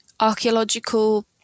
archaeological